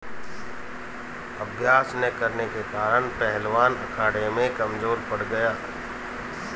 अभ्यास न करने के कारण पहलवान अखाड़े में कमजोर पड़ गया